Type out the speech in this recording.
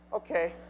Okay